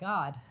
God